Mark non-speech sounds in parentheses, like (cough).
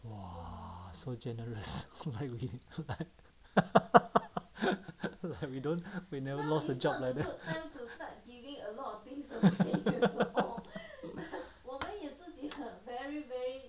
!wah! so generous like we like (laughs) like we don't we never lost a job like that